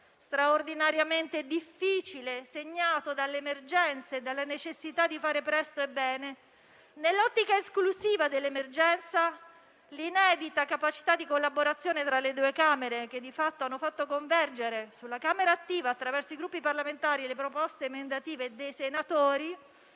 straordinariamente difficile, segnato dalle emergenze e dalla necessità di fare presto e bene, nell'ottica esclusiva dell'emergenza, l'inedita capacità di collaborazione tra le due Camere, che, di fatto, hanno fatto convergere sulla Camera attiva, attraverso i Gruppi parlamentari, le proposte emendative dei senatori,